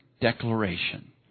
declaration